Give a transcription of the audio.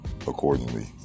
accordingly